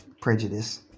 prejudice